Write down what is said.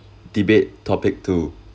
debate topic two